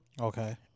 okay